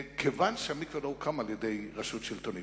כיוון שהמקווה לא הוקם על-ידי רשות שלטונית.